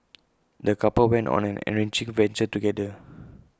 the couple went on an enriching adventure together